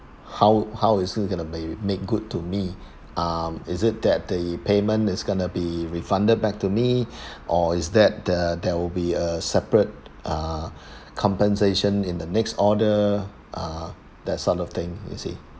how how is it going to be make good to me um is it that the payment is going to be refunded back to me or is that the there will be a separate a compensation in the next order uh that sort of thing you see